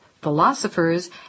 philosophers